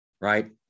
right